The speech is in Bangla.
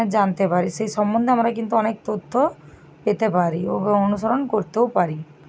জানতে পারি সেই সম্বন্ধে আমরা কিন্তু অনেক তথ্য পেতে পারি অনুসরণ করতেও পারি